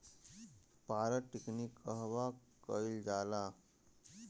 पारद टिक्णी कहवा कयील जाला?